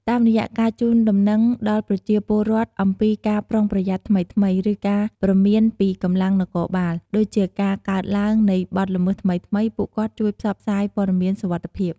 តាមរយៈការជូនដំណឹងដល់ប្រជាពលរដ្ឋអំពីការប្រុងប្រយ័ត្នថ្មីៗ ឬការព្រមានពីកម្លាំងនគរបាល ដូចជាការកើតឡើងនៃបទល្មើសថ្មីៗ ពួកគាត់ជួយផ្សព្វផ្សាយព័ត៌មានសុវត្ថិភាព។